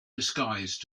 disguised